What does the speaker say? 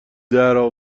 درا